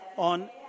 On